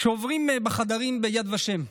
כשעוברים בחדרים ביד ושם,